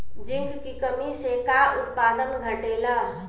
Zinc की कमी से का उत्पादन घटेला?